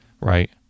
Right